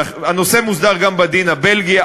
הנושא מוסדר גם בדין הבלגי,